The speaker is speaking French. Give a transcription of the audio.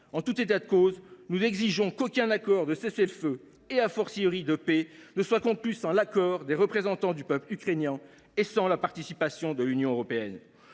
En tout état de cause, nous exigeons qu’aucun accord de cessez le feu – et,, de paix – ne soit conclu sans l’accord des représentants du peuple ukrainien et la participation de l’Union européenne.